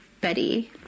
Betty